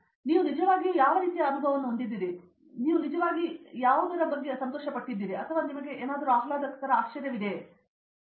ಆದ್ದರಿಂದ ನೀವು ನಿಜವಾಗಿಯೂ ಯಾವ ರೀತಿಯ ಅನುಭವವನ್ನು ಹೊಂದಿದ್ದೀರಿ ಎಂಬುದರ ಬಗ್ಗೆ ನೀವು ನಿಜವಾಗಿಯೂ ಸಂತೋಷಪಟ್ಟಿದ್ದೀರಿ ಅಥವಾ ನಿಮಗೆ ಆಹ್ಲಾದಕರ ಆಶ್ಚರ್ಯವೇನು